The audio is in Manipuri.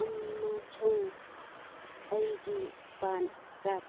ꯑꯃꯁꯨꯡ ꯑꯩꯒꯤ ꯄꯥꯟ ꯀꯥꯔꯠ